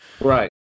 Right